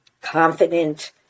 confident